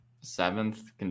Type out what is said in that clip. seventh